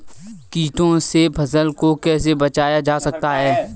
कीटों से फसल को कैसे बचाया जा सकता है?